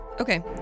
Okay